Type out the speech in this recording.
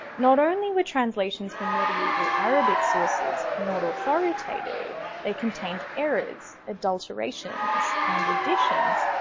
not only were translations from medieval arabic sources not authoritative, they contained errors, adulterations, and additions.